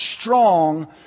strong